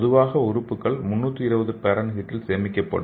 பொதுவாக உறுப்புகள் 320 ° பாரன்ஹீட்டில் சேமிக்கப்படும்